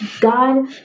God